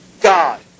God